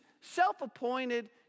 self-appointed